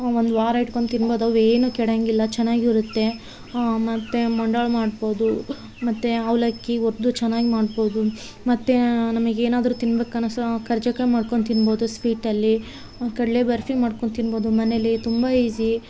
ಒಂದುವಾರ ಇಟ್ಕೊಂಡು ತಿನ್ಬೋದು ಅವೇನು ಕೆಡೊಂಗ್ ಇಲ್ಲ ಚೆನ್ನಾಗಿರುತ್ತೆ ಮತ್ತು ಮುಂಡಾಳ ಮಾಡ್ಬೋದು ಮತ್ತು ಅವಲಕ್ಕಿ ಹುರ್ದು ಚೆನ್ನಾಗ್ ಮಾಡ್ಬೋದು ಮತ್ತು ನಮಗ್ ಏನಾದರು ತಿನ್ಬೇಕು ಅನಸು ಕರ್ಜಿಕಾಯಿ ಮಾಡ್ಕೊಂಡು ತಿನ್ಬೋದು ಸ್ವೀಟಲ್ಲಿ ಕಡಲೆ ಬರ್ಫಿ ಮಾಡ್ಕೊಂಡು ತಿನ್ಬೋದು ಮನೇಲಿ ತುಂಬ ಈಜಿ಼